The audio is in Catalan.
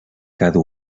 cada